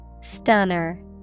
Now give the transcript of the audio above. Stunner